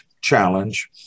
Challenge